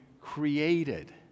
created